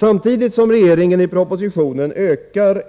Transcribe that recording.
Samtidigt som regeringen i propositionen ökar